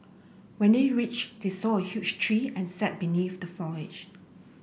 when they reached they saw a huge tree and sat beneath the foliage